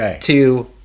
two